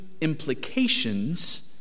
implications